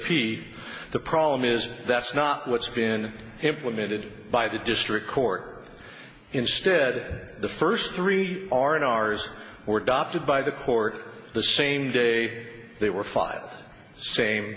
p the problem is that's not what's been implemented by the district court instead the first three are in ours were dropped by the court the same day they were five same